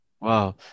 wow